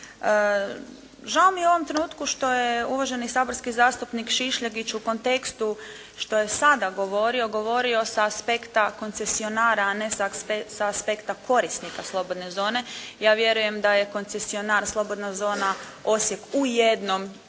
Žao mi je u ovom trenutku što je uvaženi saborski zastupnik Šišljagić u kontekstu što je sada govorio, govorio sa aspekta koncesionara, a ne sa aspekta korisnika slobodne zone. Ja vjerujem da je koncesionar slobodna zona Osijek u jednom